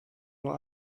nur